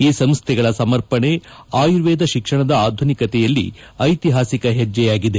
ಈ ಸಂಸ್ಥೆಗಳ ಸಮರ್ಪಡೆ ಅಯುರ್ವೇದ ಶಿಕ್ಷಣ ಆಧುನಿಕತೆಯಲ್ಲಿ ಐತಿಹಾಸಿಕ ಹೆಜ್ಜೆಯಾಗಿದೆ